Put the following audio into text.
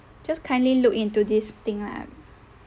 just kindly look into this thing lah